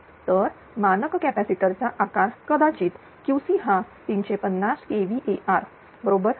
तर मानक कॅपॅसिटर चा आकार कदाचित QC हा 350 kVAr बरोबर आहे